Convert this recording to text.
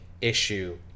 issue